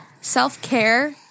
self-care